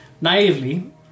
Naively